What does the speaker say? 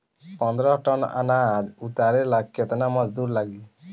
पन्द्रह टन अनाज उतारे ला केतना मजदूर लागी?